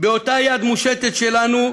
מול אותה יד מושטת שלנו,